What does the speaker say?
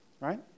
right